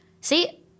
See